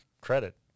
credit